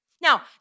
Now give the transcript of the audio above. Now